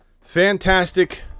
fantastic